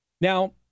Now